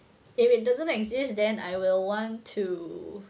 if it doesn't exist then I will want to